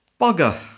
bugger